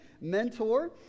mentor